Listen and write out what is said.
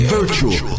Virtual